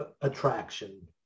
attraction